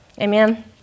amen